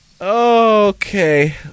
Okay